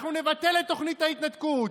אנחנו נבטל את תוכנית ההתנתקות,